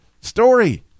story